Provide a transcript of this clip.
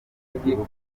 igihugu